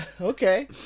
Okay